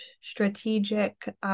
strategic